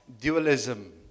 dualism